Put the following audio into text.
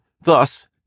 thus